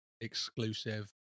exclusive